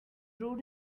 brewed